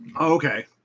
Okay